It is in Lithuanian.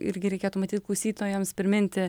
irgi reikėtų matyt klausytojams priminti